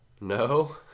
No